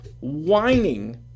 whining